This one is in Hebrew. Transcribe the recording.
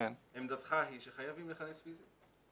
עמדתך היא שחייבים לכנס בלי "זום".